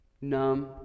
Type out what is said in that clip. numb